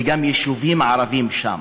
זה גם היישובים הערביים שם.